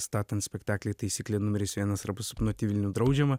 statant spektaklį taisyklė numeris vienas arba sapnuoti vilnių draudžiama